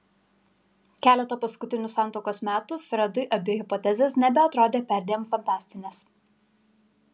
keletą paskutinių santuokos metų fredui abi hipotezės nebeatrodė perdėm fantastinės